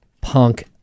punk